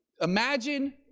Imagine